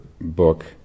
book